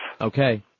Okay